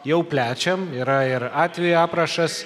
jau plečiam yra ir atvejų aprašas